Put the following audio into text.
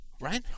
right